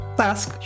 task